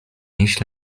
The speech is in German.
nicht